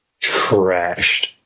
trashed